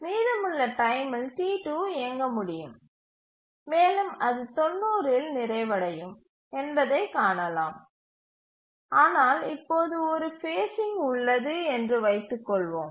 மீதமுள்ள டைமில் T2 இயங்க முடியும் மேலும் அது 90 இல் நிறைவடையும் என்பதைக் காணலாம் ஆனால் இப்போது ஒரு ஃபேஸ்சிங் உள்ளது என்று வைத்துக் கொள்வோம்